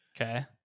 Okay